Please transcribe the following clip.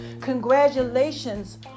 Congratulations